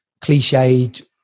cliched